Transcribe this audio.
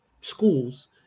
schools